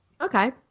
Okay